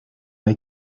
hay